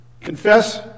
Confess